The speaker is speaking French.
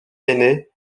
aîné